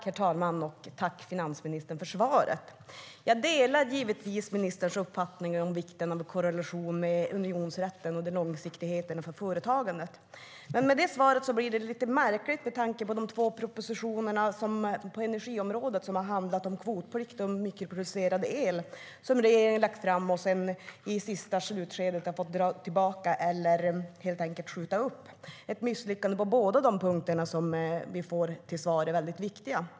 Herr talman! Tack, finansministern, för svaret! Jag delar givetvis ministerns uppfattning om vikten av korrelation med unionsrätten och långsiktigheten för företagandet. Men med det svaret blir det lite märkligt med de två propositioner på energiområdet om kvotplikt och mikroproducerad el som regeringen har lagt fram och sedan i slutskedet fått dra tillbaka eller skjuta upp - ett misslyckande på båda de punkter som enligt svaret är väldigt viktiga.